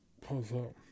pause